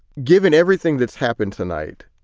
given everything that's happened tonight?